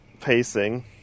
pacing